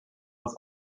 was